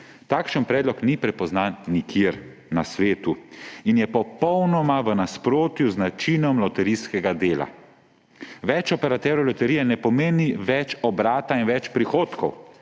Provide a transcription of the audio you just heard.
»takšen predlog ni prepoznan nikjer na svetu in je popolnoma v nasprotju z načinom loterijskega dela. Več operaterjev loterije ne pomeni več obrata in več prihodkov.«